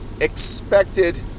expected